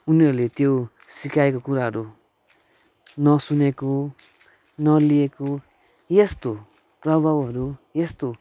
उनीहरूले त्यो सिकाएको कुराहरू नसुनेको नलिएको यस्तो प्रभावहरू यस्तो